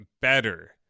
better